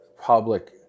public